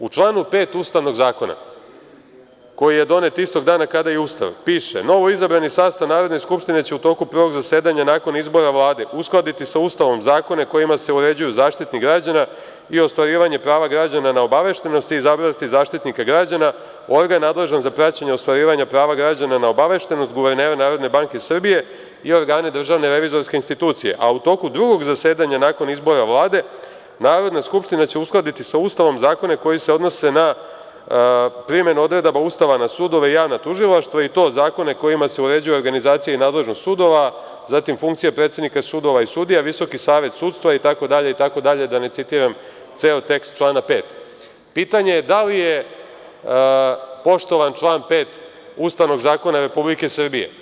U članu 5. Ustavnog zakona koji je donet istog dana kada i Ustav piše – novoizabrani sastav Narodne skupštine će u toku prvog zasedanja nakon izbora Vlade uskladiti sa Ustavnom zakone kojima se uređuju Zaštitnik građana i ostvarivanje prava građana na obaveštenost iz oblasti Zaštitnika građana, organ nadležan za praćenje i ostvarivanje prava građana na obaveštenost, Guvernera Narodne banke Srbije i organe DRI, a u toku drugog zasedanja nakon izbora Vlade Narodna skupština će uskladiti sa Ustavom zakone koji se odnose na primenu odredaba Ustava na sudove i javna tužilaštva i to zakone kojima se uređuje organizacija i nadležnost sudova, zatim funkcija predsednika sudova i sudija, VSS itd, itd, da ne citiram ceo tekst člana 5. Pitanje je da li je poštovan član 5. Ustavnog zakona RS?